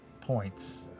points